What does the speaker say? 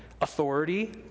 Authority